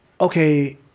okay